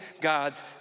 God's